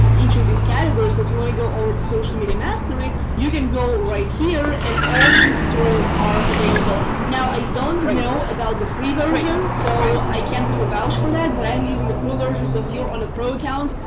each of these categories. so if you want to go over to social media mastery, you can go right here and all of these tutorials are available. now i don't know about the free version, so i can't really vouch for that, but i'm using the pro version. so if you're on the pro account,